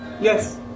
Yes